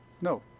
no